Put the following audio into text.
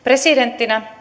presidenttinä